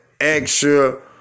extra